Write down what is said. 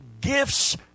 gifts